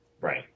Right